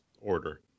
order